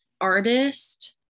artist